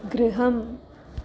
गृहम्